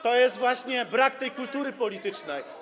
To jest właśnie brak tej kultury politycznej.